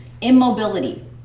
immobility